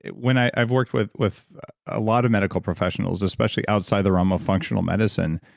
when i've worked with with a lot of medical professionals, especially outside the realm of functional medicine,